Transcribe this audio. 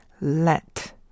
Let